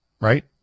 right